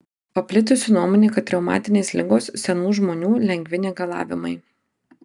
paplitusi nuomonė kad reumatinės ligos senų žmonių lengvi negalavimai